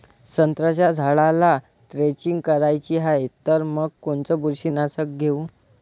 संत्र्याच्या झाडाला द्रेंचींग करायची हाये तर मग कोनच बुरशीनाशक घेऊ?